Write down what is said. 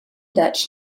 dutch